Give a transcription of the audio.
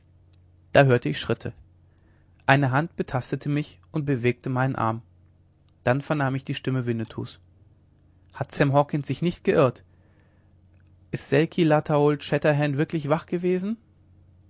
da hörte ich schritte eine hand betastete mich und bewegte meinen arm dann vernahm ich die stimme winnetous hat sam hawkens sich nicht geirrt ist selki lata wirklich wach gewesen